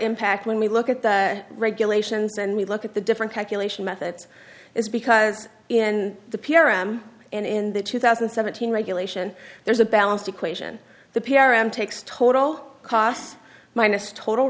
impact when we look at the regulations and we look at the different calculation methods is because in the p r m and in the two thousand and seventeen regulation there's a balanced equation the p r m takes total cost minus total